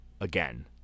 again